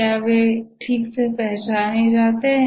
क्या वे ठीक से पहचाने जाते हैं